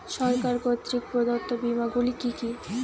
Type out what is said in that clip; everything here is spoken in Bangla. সরকার কর্তৃক প্রদত্ত বিমা গুলি কি কি?